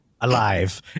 alive